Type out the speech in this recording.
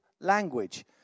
language